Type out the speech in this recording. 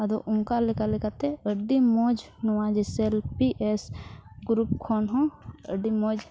ᱟᱫᱚ ᱚᱱᱠᱟ ᱞᱮᱠᱟ ᱞᱮᱠᱟᱛᱮ ᱟᱹᱰᱤ ᱢᱚᱡᱽ ᱱᱚᱣᱟ ᱠᱷᱚᱱ ᱦᱚᱸ ᱟᱹᱰᱤ ᱢᱚᱡᱽ